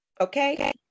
Okay